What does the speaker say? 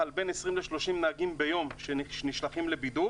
על בין 30-20 נהגים ביום שנשלחים לבידוד.